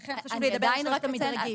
לכן חשוב לדבר על שלושת המדרגים.